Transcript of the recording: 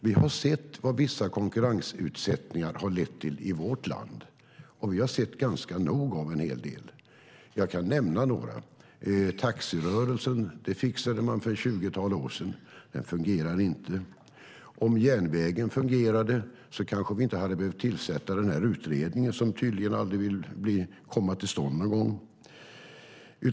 Vi har sett vad vissa konkurrensutsättningar har lett till i vårt land, och vi har fått ganska nog av en del. Jag kan nämna ett par. Taxirörelsen fixade man för ett tjugotal år sedan. Den fungerar inte. Om järnvägen fungerade kanske vi inte hade behövt tillsätta en utredning, som tydligen aldrig kommer till stånd.